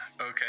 okay